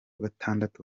gatatu